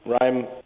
Ryan